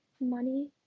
Money